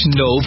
no